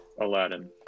Aladdin